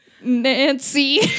Nancy